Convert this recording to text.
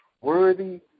worthy